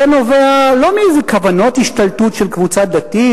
זה נובע לא מאיזה כוונות השתלטות של קבוצה דתית,